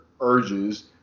urges